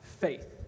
faith